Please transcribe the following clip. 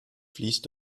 fließt